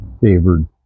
favored